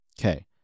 okay